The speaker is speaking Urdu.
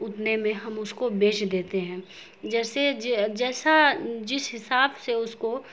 اتنے میں ہم اس کو بیچ دیتے ہیں جیسے جیسا جس حساب سے اس کو